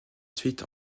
ensuite